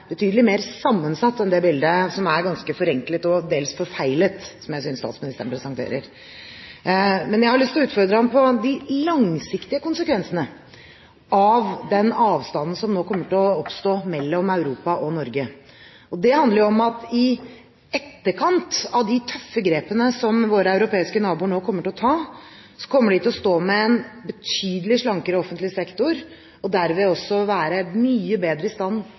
betydelig mer sammensatt enn det bildet statsministeren presenterer, som jeg synes er ganske forenklet og dels forfeilet. Men jeg har lyst til å utfordre ham på de langsiktige konsekvensene av den avstanden som nå kommer til å oppstå mellom Norge og Europa for øvrig. Det handler om at i etterkant av de tøffe grepene som våre europeiske naboer nå kommer til å ta, kommer de til å stå med en betydelig slankere offentlig sektor og derved også være mye bedre i stand